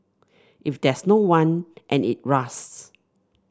if there's no one and it rusts